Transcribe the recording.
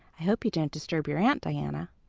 i hope you didn't disturb your aunt, diana.